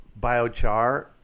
biochar